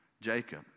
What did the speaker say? Jacob